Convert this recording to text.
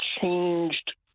changed